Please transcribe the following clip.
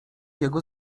jego